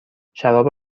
شراب